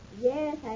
Yes